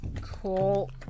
Cool